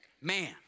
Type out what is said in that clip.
Man